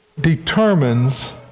determines